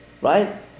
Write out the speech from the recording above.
right